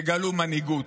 תגלו מנהיגות.